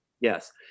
Yes